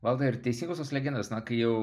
valdai ar teisingosios tos legendos na kai jau